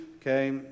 Okay